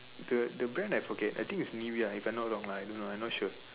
the the brand I forget I think is Nivea if I not wrong lah I don't know I not sure